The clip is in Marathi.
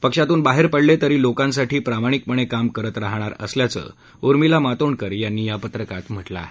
पक्षातून बाहेर पडले तरी लोकांसाठी प्रामाणिकपणे काम करत राहणार असल्याचं उर्मिला मातोंडकर यांनी या पत्रकात म्हटलं आहे